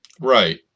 Right